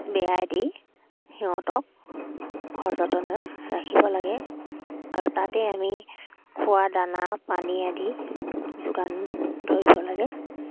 বেৰা দি সিহঁতক সযতনে ৰাখিব লাগে আৰু তাতে আমি খোৱা দানা পানী আদি যোগান ধৰিব লাগে